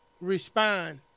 respond